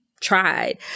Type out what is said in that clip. tried